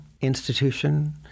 institution